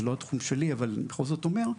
זה לא התחום שלי אבל אני בכל זאת אומר,